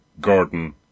Gordon